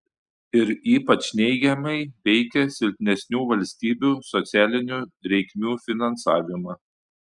ir ypač neigiamai veikia silpnesnių valstybių socialinių reikmių finansavimą